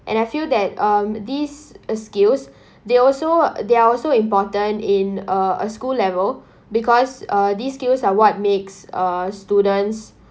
and I feel that um these skills they also they're also important in uh school level because uh these skills are what makes uh students